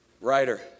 writer